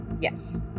Yes